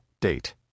date